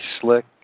slick